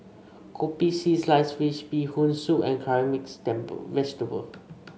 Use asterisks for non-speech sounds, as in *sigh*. Kopi C Sliced Fish Bee Hoon Soup and Curry Mixed *unintelligible* Vegetable